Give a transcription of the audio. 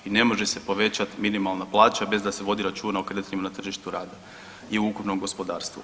I ne može se povećati minimalna plaća bez da se vodi računa o kretanjima na tržištu rada i ukupnom gospodarstvu.